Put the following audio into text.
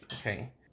Okay